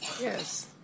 Yes